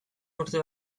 urte